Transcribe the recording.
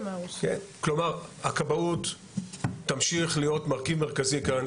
כלומר הכבאות תמשיך להיות מרכיב מרכזי כאן,